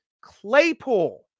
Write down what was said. Claypool